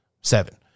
Seven